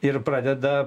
ir pradeda